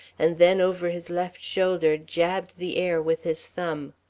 and then, over his left shoulder, jabbed the air with his thumb.